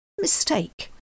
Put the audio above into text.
mistake